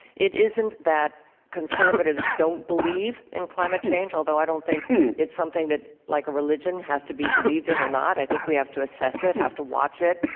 it isn't that conservatives don't believe in climate change, although i don't think it's something that, like a religion, has to be believed in or not. i think we have to assess it, have to watch it,